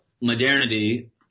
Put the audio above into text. modernity